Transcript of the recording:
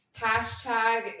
hashtag